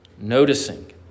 noticing